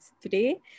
today